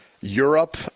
Europe